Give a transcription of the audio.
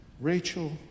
Rachel